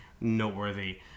noteworthy